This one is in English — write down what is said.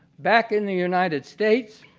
back in the united states,